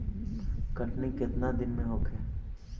कटनी केतना दिन में होखे?